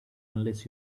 unless